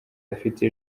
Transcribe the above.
afite